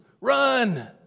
Run